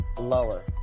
Lower